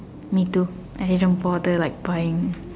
me too as in don't bother like buying